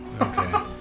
Okay